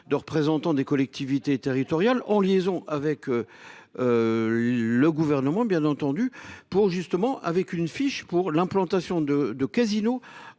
de représentants des collectivités territoriales en liaison avec. Le gouvernement bien entendu pour justement avec une fiche pour l'implantation de de casino